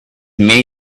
many